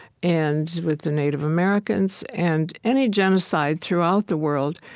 and with the native americans, and any genocide throughout the world,